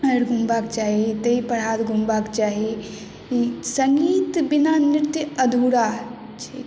घुमबाक चाही हाथ घुमबाक चाही संगीत बिना नृत्य अधूरा छै